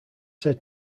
said